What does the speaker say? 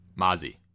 Mozzie